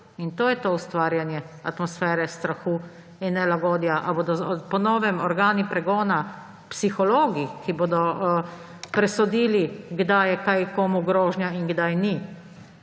in te je to ustvarjanje atmosfere strahu in nelagodja. Ali bodo po novem organi pregona psihologi, ki bodo presodili, kdaj je kaj komu grožnja in kdaj ni?